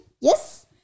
Yes